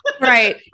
Right